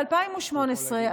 ב-2018,